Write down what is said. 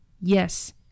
Yes